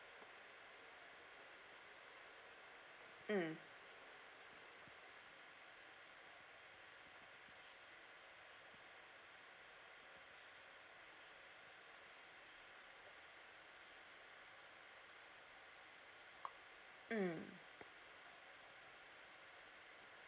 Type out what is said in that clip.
mm mm